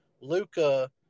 Luca